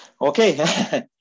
Okay